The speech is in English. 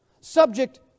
subject